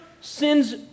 sin's